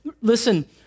listen